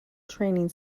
training